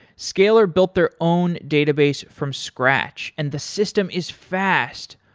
scalyr built their own database from scratch and the system is fast.